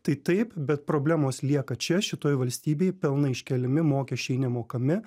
tai taip bet problemos lieka čia šitoj valstybėj pelnai iškeliami mokesčiai nemokami